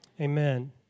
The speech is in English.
Amen